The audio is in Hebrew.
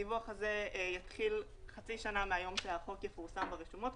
הדיווח הזה יתחיל חצי שנה מהיום שהחוק יפורסם ברשומות,